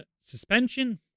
suspension